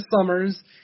Summers